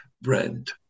brand